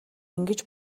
ингэж